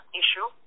issue